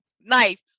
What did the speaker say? knife